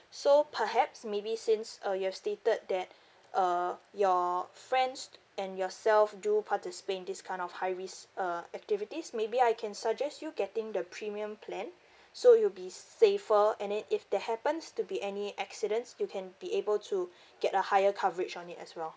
so perhaps maybe since uh you've stated that uh your friends and yourself do participate in these kind of high risk uh activities maybe I can suggest you getting the premium plan so it'll be safer and then if there happens to be any accidents you can be able to get a higher coverage on it as well